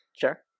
Sure